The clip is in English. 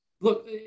look